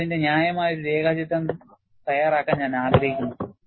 നിങ്ങൾ അതിന്റെ ന്യായമായ ഒരു രേഖാചിത്രം തയ്യാറാക്കാൻ ഞാൻ ആഗ്രഹിക്കുന്നു